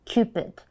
Cupid